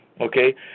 Okay